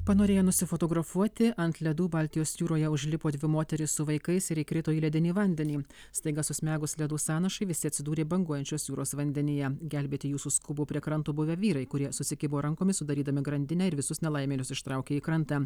panorėję nusifotografuoti ant ledų baltijos jūroje užlipo dvi moterys su vaikais ir įkrito į ledinį vandenį staiga susmegus ledų sąrašui visi atsidūrė banguojančios jūros vandenyje gelbėti jų suskubo prie kranto buvę vyrai kurie susikibo rankomis sudarydami grandinę ir visus nelaimėlius ištraukė į krantą